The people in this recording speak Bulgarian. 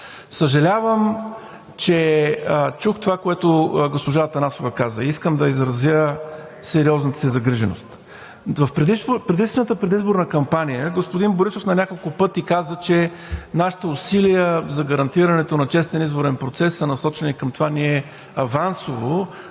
Съжалявам, че чух това, което госпожа Атанасова каза. Искам да изразя сериозната си загриженост. В предишната предизборна кампания господин Борисов на няколко пъти каза, че нашите усилия за гарантирането на честен изборен процес са насочени към това ние авансово